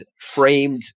framed